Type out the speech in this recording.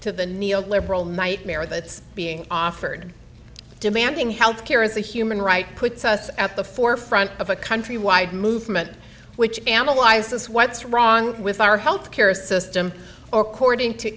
to the neo liberal nightmare that's being offered demanding healthcare as a human right puts us at the forefront of a country wide movement which analyzes what's wrong with our health care system or courting to